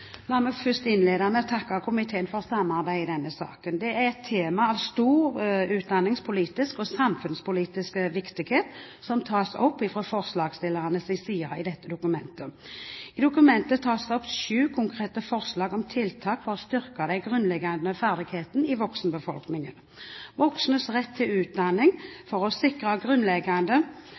La meg innlede med å takke komiteen for samarbeidet i denne saken. Det er et tema av stor utdanningspolitisk og samfunnspolitisk viktighet som tas opp fra forslagsstillernes side i dette dokumentet. I dokumentet tas det opp syv konkrete forslag om tiltak for å styrke de grunnleggende ferdighetene i voksenbefolkningen. Voksnes rett til utdanning for å sikre grunnleggende